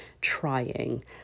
trying